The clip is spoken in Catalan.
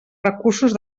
recursos